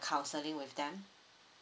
counselling with them